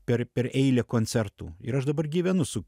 per per eilę koncertų ir aš dabar gyvenu su